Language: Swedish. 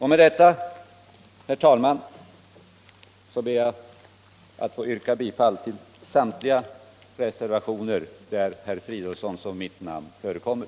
Med detta, herr talman, ber jag att få yrka bifall till samtliga reservationer där herr Fridolfssons och mitt namn förekommer.